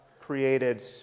created